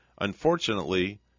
Unfortunately